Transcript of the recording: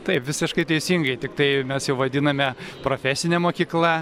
taip visiškai teisingai tiktai mes jau vadiname profesine mokykla